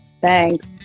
Thanks